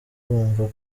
bumva